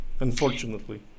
Unfortunately